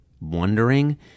wondering